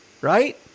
right